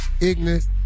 ignorant